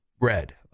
red